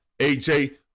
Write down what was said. AJ